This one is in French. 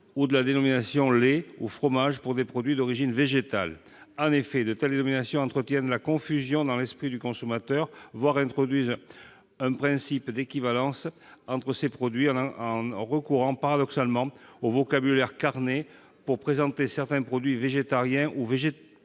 ou de la dénomination « lait » ou « fromage » pour des produits d'origine végétale. En effet, de telles dénominations entretiennent la confusion dans l'esprit du consommateur, voire introduisent un principe d'équivalence entre ces produits en recourant paradoxalement au vocabulaire carné pour présenter certains produits végétariens ou végétaliens.